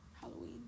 Halloween